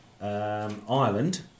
Ireland